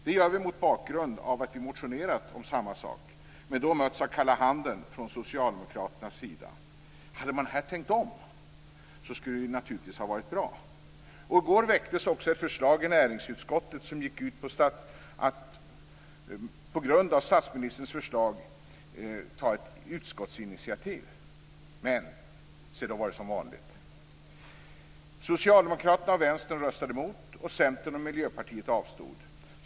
Det gör vi mot bakgrund av att vi har motionerat om samma sak, men då mötts av kalla handen från socialdemokraternas sida. Hade man här tänkt om hade det naturligtvis varit bra. I går väcktes också ett förslag i näringsutskottet som gick ut på att man på grund av statsministerns förslag skulle ta ett utskottsinitiativ. Men se, då var det som vanligt. Socialdemokraterna och Vänsterpartiet röstade emot, och Centern och Miljöpartiet avstod.